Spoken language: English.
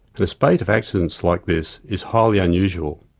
and a spate of accidents like this is highly unusual.